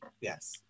Yes